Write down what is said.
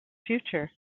future